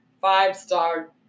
five-star